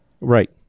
Right